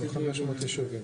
500 ישובים.